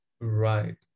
Right